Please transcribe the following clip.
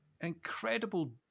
incredible